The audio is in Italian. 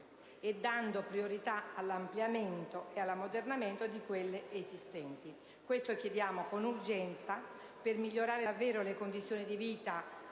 e dando priorità all'ampliamento e all'ammodernamento di quelle esistenti. Tutto ciò chiediamo con urgenza, per migliorare davvero le condizioni di vita